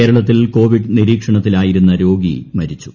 കേരളത്തിൽ കോവിഡ് നിരീക്ഷണത്തിലായിരുന്ന രോഗി മരിച്ചു